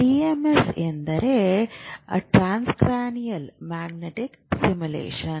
TMS ಎಂದರೆ transcranial magnetic stimulation